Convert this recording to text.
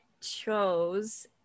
chose